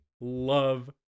love